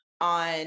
on